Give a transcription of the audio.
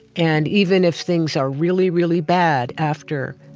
and even if things are really, really bad after,